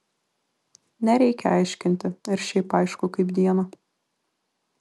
nereikia aiškinti ir šiaip aišku kaip dieną